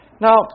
Now